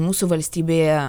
mūsų valstybėje